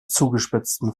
zugespitzten